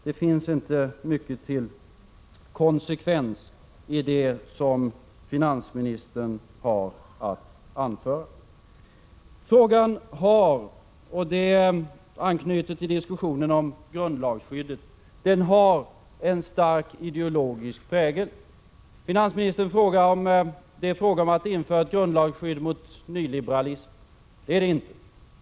Det finns inte mycket av konsekvens i det som finansministern har anfört. Frågan har, och det anknyter till diskussionen om grundlagsskyddet, en starkt ideologisk prägel. Finansministern undrar om det är fråga om att införa ett grundlagsskydd mot nyliberalism. Det är det inte.